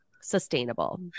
sustainable